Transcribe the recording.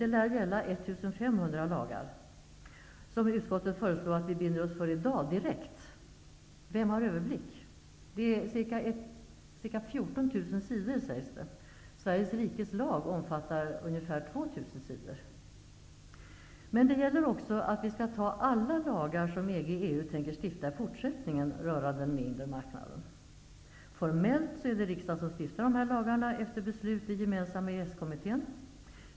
Det lär gälla 1 500 lagar, som utskottet föreslår att vi bestämmer oss för i dag direkt. Vem har överblick? Det är ca 14 000 sidor, sägs det. Sveriges rikes lag omfattar ungefär 2 000 sidor. Men avtalet innefattar också att vi skall anta alla lagar som EG/EU tänker stifta i fortsättningen rörande den inre marknaden. Formellt är det riksdagen som stiftar lagarna, efter beslut i den gemensamma EES-kommittén.